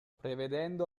prevedendo